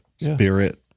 Spirit